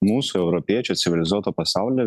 mūsų europiečių civilizuoto pasaulio